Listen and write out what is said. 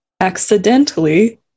Accidentally